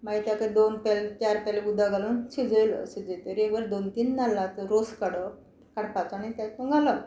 मागीर ताका दोन पेले चार पेले उदक घालून शिजयलो सिजयतरी दोन तीन नाल्लांचो रोस काडप काडपाचो आनी तेतूं घालप